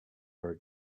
hugh